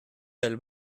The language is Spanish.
del